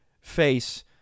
face